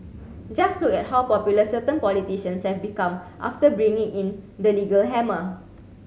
just look at how popular certain politicians have become after bringing in the legal hammer